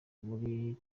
muri